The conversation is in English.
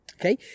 Okay